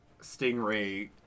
stingray